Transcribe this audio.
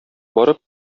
барып